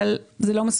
אבל זה לא מספיק.